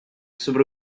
sobre